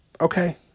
Okay